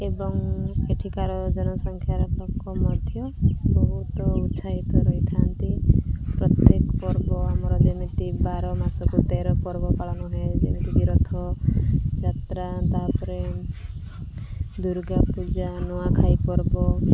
ଏବଂ ଏଠିକାର ଜନସଂଖ୍ୟାର ଲୋକ ମଧ୍ୟ ବହୁତ ଉତ୍ସାହିତ ରହିଥାନ୍ତି ପ୍ରତ୍ୟେକ ପର୍ବ ଆମର ଯେମିତି ବାର ମାସକୁ ତେର ପର୍ବ ପାଳନ ହୁଏ ଯେମିତିକି ରଥ ଯାତ୍ରା ତାପରେ ଦୁର୍ଗା ପୂଜା ନୂଆଖାଇ ପର୍ବ